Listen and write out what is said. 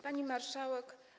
Pani Marszałek!